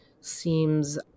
seems